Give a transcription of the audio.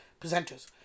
presenters